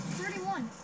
thirty-one